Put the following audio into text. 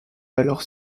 valeur